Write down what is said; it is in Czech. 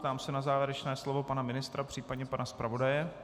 Ptám se na závěrečné slovo pana ministra, případně pana zpravodaje.